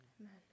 Amen